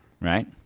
Right